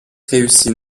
réussit